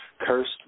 cursed